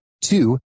Two